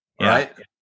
right